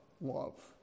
love